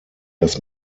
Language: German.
dass